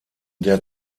der